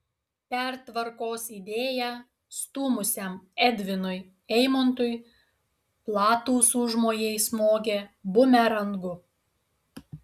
pertvarkos idėją stūmusiam edvinui eimontui platūs užmojai smogė bumerangu